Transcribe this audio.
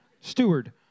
steward